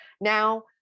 now